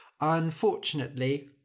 Unfortunately